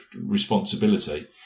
responsibility